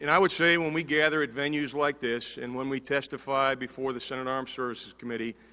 and i would say when we gather at venues like this and when we testify before the senate armed services committee,